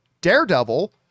Daredevil